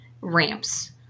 ramps